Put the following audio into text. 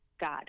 God